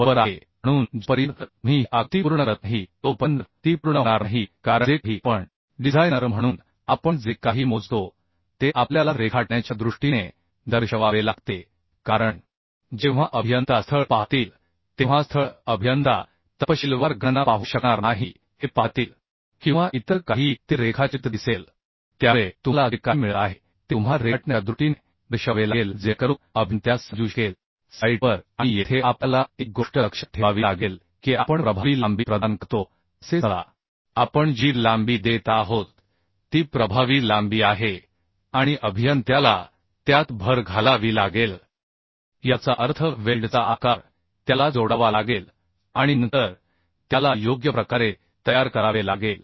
बरोबर आहे म्हणून जोपर्यंत तुम्ही ही आकृती पूर्ण करत नाही तोपर्यंत ती पूर्ण होणार नाही कारण जे काही आपण डिझायनर म्हणून आपण जे काही मोजतो ते आपल्याला रेखाटण्याच्या दृष्टीने दर्शवावे लागते कारण जेव्हा अभियंता स्थळ पाहतील तेव्हा स्थळ अभियंता तपशीलवार गणना पाहू शकणार नाही हे पाहतील किंवा इतर काहीही ते रेखाचित्र दिसेल त्यामुळे तुम्हाला जे काही मिळत आहे ते तुम्हाला रेखाटण्याच्या दृष्टीने दर्शवावे लागेल जेणेकरून अभियंत्याला समजू शकेल साइटवर आणि येथे आपल्याला एक गोष्ट लक्षात ठेवावी लागेल की आपण प्रभावी लांबी प्रदान करतो असे समजा आपण जी लांबी देत आहोत ती प्रभावी लांबी आहे आणि अभियंत्याला त्यात भर घालावी लागेल याचा अर्थ वेल्डचा आकार त्याला जोडावा लागेल आणि नंतर त्याला योग्य प्रकारे तयार करावे लागेल